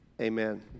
Amen